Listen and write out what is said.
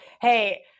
hey